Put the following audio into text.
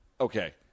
Okay